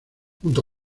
junto